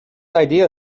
idea